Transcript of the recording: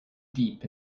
deep